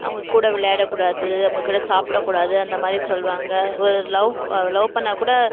அவங்க கூட விளையாடக் கூடாது அவங்க கூட சாப்பிடக் கூடாது அந்த மாதிரி சொல்வாங்க ஒரு லவ் லவ் பண்ணிணாக் கூட